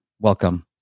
welcome